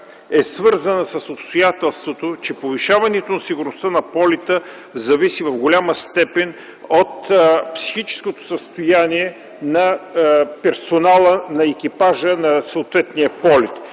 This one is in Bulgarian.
е свързана с обстоятелството, че повишаването на сигурността на полета зависи в голяма степен от психичното състояние на персонала, на екипажа на съответния полет.